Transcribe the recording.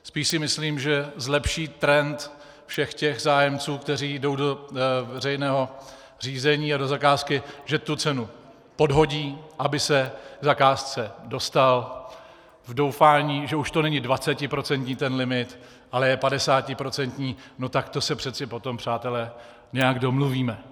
Spíš si myslím, že zlepší trend všech těch zájemců, kteří jdou do veřejného řízení a do zakázky, že tu cenu podhodí, aby se k zakázce dostal v doufání, že už to není dvacetiprocentní limit, ale je padesátiprocentní, tak to se přece potom, přátelé, nějak domluvíme.